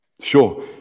Sure